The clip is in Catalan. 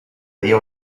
dia